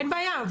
אין בעיה.